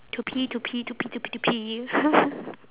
to pee to pee to pee to pee to pee